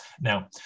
Now